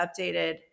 updated